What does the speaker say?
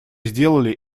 сделали